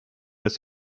des